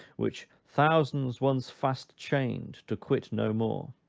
which thousands once fast-chained to quit no more.